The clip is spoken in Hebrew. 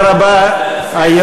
תודה רבה.